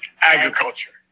agriculture